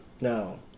No